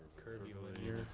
curvilinear.